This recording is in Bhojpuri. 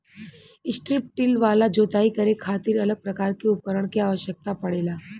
स्ट्रिप टिल वाला जोताई करे खातिर अलग प्रकार के उपकरण के आवस्यकता पड़ेला